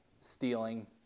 stealing